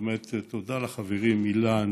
תודה לחברים אילן